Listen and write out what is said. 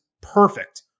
perfect